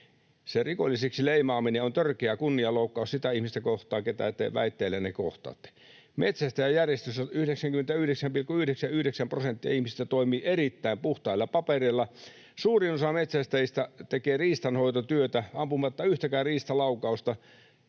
Se rikolliseksi leimaaminen on törkeä kunnianloukkaus sitä ihmistä kohtaan, kehen te väitteenne kohdistatte. Metsästäjäjärjestöissä 99,99 prosenttia ihmisistä toimii erittäin puhtailla papereilla. Suurin osa metsästäjistä tekee riistanhoitotyötä ampumatta yhtäkään riistalaukausta.